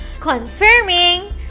confirming